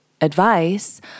advice